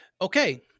Okay